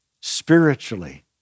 spiritually